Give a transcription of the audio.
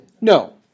No